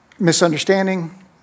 Misunderstanding